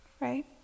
right